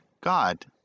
God